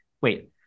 wait